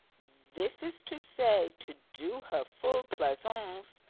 this is to say, to do her full pleasance.